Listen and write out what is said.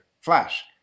Flash